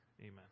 Amen